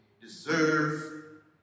deserve